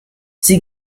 sie